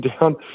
down